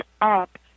up